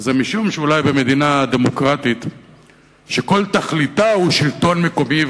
וזה אולי משום שבמדינה דמוקרטית שכל תכליתה הוא שלטון מקומי,